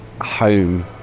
home